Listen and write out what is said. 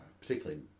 particularly